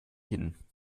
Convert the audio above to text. hin